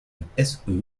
présentent